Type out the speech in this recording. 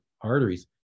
arteries